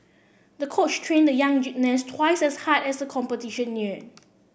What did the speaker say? the coach trained the young gymnast twice as hard as the competition neared